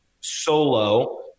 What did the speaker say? solo